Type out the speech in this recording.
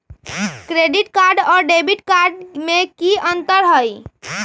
Credit card और debit card में की अंतर हई?